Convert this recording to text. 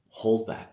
holdback